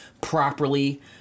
properly